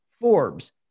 Forbes